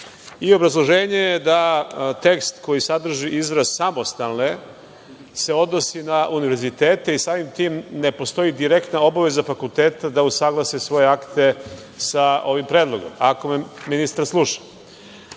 Obrazloženje da tekst koji sadrži izraz „samostalni“ se odnosi na univerzitete, a samim tim ne postoji direktna obaveza fakulteta da usaglase svoje akte sa ovim predlogom, ako me ministar sluša.U